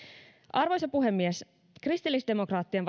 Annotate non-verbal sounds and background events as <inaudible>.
arvoisa puhemies kristillisdemokraattien <unintelligible>